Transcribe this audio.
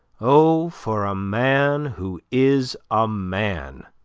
o for a man who is a man,